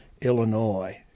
Illinois